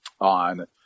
on